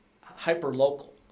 hyper-local